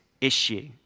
issue